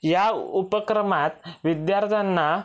या उपक्रमात विद्यार्थ्यांना